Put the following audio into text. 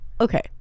okay